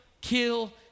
kill